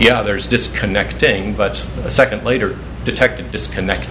yeah there is disconnecting but a second later detected disconnect